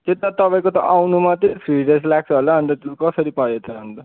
त्यो त तपाईँको त आउनु मात्रै थ्री डेज लाग्छ होला अन्त कसरी पऱ्यो त अन्त